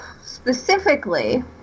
Specifically